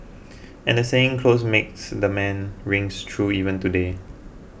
and the saying clothes makes the man rings true even today